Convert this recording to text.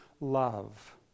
love